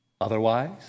Otherwise